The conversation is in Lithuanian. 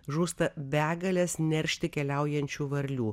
žūsta begalės neršti keliaujančių varlių